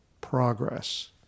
progress